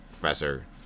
professor